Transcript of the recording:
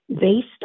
based